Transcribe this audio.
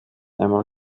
einmal